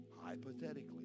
hypothetically